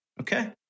Okay